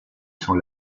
sur